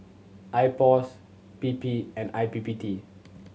IPOS P P and I P P T